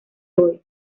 hoy